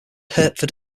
hertford